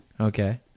Okay